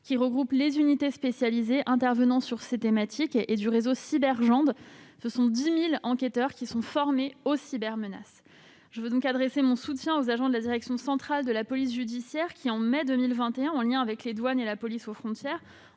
qui regroupe les unités spécialisées intervenant sur ces thématiques et du réseau Cybergend constitué de plus de 10 000 enquêteurs formés aux cybermenaces. J'adresse mon soutien aux agents de la direction centrale de la police judiciaire qui, en mai 2021, en lien avec les douanes et la police aux frontières,